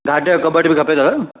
guard जो कॿट बि खपे दादा